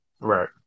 Right